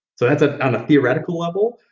so that's, ah on a theoretical level,